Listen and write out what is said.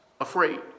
afraid